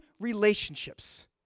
relationships